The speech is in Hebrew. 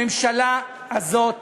הממשלה הזאת